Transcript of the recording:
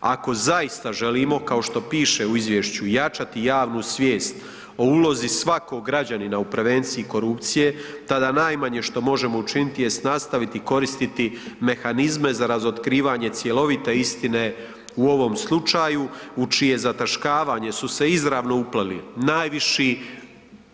Ako zaista želimo, kao što piše u Izvješću i jačati javnu svijest o ulozi svakog građanina u prevenciji korupcije, tada najmanje što možemo učiniti jest nastaviti koristiti mehanizme za razotkrivanje cjelovite istine u ovom slučaju, u čije zataškavanje su se izravno upleli najviši